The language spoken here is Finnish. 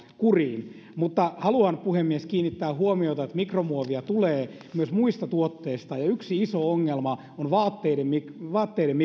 kuriin mutta haluan puhemies kiinnittää huomiota siihen että mikromuovia tulee myös muista tuotteista ja yksi iso ongelma on vaatteiden